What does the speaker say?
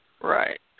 Right